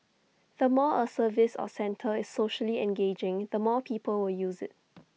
the more A service or centre is socially engaging the more people will use IT